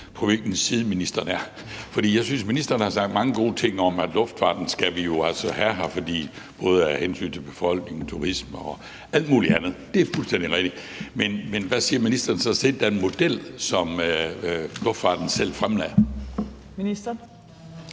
på hvilken side ministeren står. For jeg synes, ministeren har sagt mange gode ting om, at luftfarten skal vi jo altså have, både af hensyn til befolkningen, turismen og alt muligt andet, og det er fuldstændig rigtigt, men hvad siger ministeren så til den model, som luftfartsbranchen selv fremlagde?